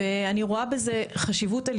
וכשאני שומע שזוג מבאר שבע צריך לנסוע כל